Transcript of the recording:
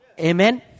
Amen